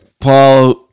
Paul